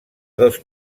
dos